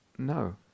No